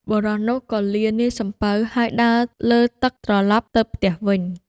បុរសនោះក៏លានាយសំពៅ ហើយដើរលើទឹកត្រឡប់ទៅផ្ទះវិញ។